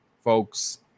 folks